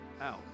out